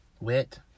wit